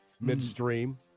midstream